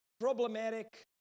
problematic